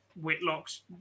Whitlock's